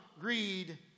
greed